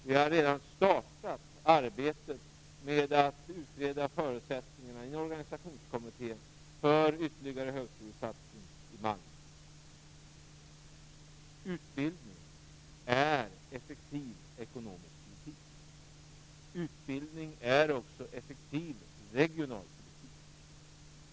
Vi har redan startat arbetet med att utreda förutsättningarna i en organisationskommitté för ytterligare högskolesatsning i Malmö. Utbildning är effektiv ekonomisk politik. Utbildning är också effektiv regionalpolitik.